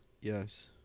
Yes